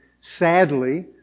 sadly